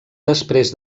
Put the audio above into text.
després